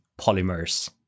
polymers